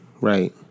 Right